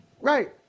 right